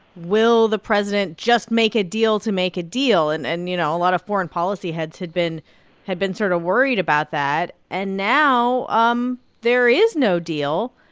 will the president just make a deal to make a deal? and and you know, a lot of foreign policy heads had been had been sort of worried about that. and now um there is no deal.